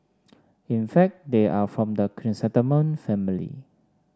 in fact they are from the chrysanthemum family